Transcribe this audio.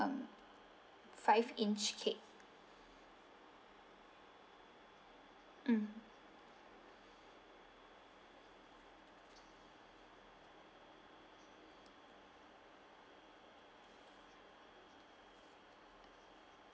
um five inch cake mm